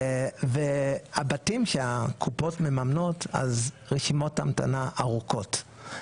והבתים שהקופות מממנות אז רשימות ההמתנה ארוכות,